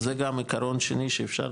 אז זה גם עיקרון שני שאפשר,